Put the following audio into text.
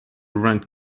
rent